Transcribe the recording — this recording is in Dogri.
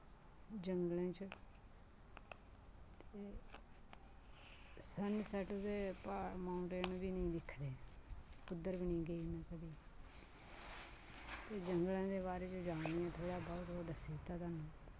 जंगलें च ते सनसैट ते पा माउंटेन वी नेईं दिक्ख दे उद्दर वी नेईं गेई में कदी जंगलें दे बारे च जाननी ऐं थोह्ड़ी बौह्त ओह् दस्सी दित्ता थोआनू